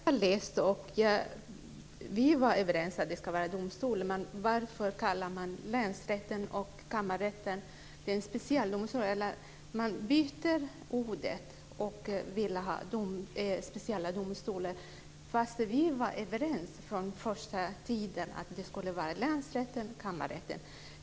Fru talman! Gustaf von Essen påstår att jag har läst NIPU:s slutbetänkande på ett konstigt sätt. Men jag har läst det, och vi var överens om att det ska vara domstolar. Men varför kallar man länsrätten och kammarrätten för specialdomstolar. Man byter ut orden och säger att man vill ha specialdomstolar. Under den första tiden var vi överens att detta skulle prövas i länsrätten och i kammarrätten.